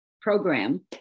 program